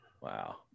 Wow